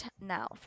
now